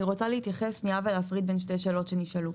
אני רוצה להתייחס ולהפריד בין שתי שאלות שנשאלו.